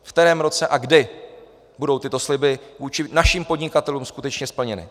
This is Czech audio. V kterém roce a kdy budou tyto sliby vůči našim podnikatelům skutečně splněny?